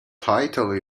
title